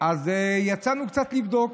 אז יצאנו קצת לבדוק,